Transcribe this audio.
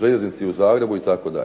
željeznica u Zagrebu itd.